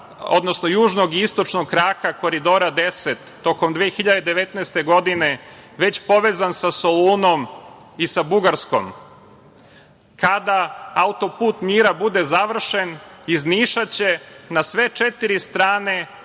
otvaranjem južnog i istočnog kraka Koridora 10 tokom 2019. godine već povezan sa Solunom i sa Bugarskom. Kada Auto-put mira bude završen, iz Niša će na sve četiri strane